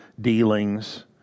dealings